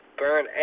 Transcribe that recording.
burn